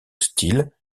style